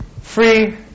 Free